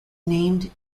named